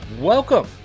Welcome